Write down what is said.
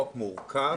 חוק מורכב,